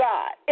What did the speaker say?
God